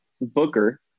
Booker